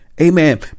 Amen